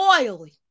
oily